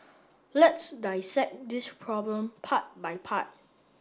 let's dissect this problem part by part